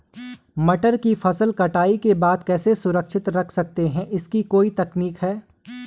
मटर को फसल कटाई के बाद कैसे सुरक्षित रख सकते हैं इसकी कोई तकनीक है?